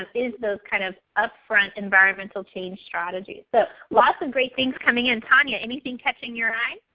is those kind of up front environmental change strategies. so, lots of great things coming in. tanya, anything catching your eye?